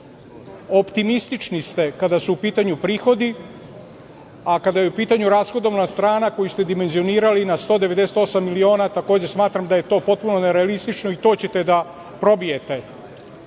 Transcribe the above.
Optimistični ste kada su u pitanju. A kada je u pitanju rashodovna strana koju ste dimenzionirali na 198 miliona, takođe smatram da je to potpuno nerealnistično i to ćete da probijete. Ono